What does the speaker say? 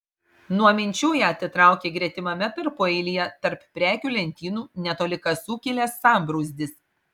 nuo minčių ją atitraukė gretimame tarpueilyje tarp prekių lentynų netoli kasų kilęs sambrūzdis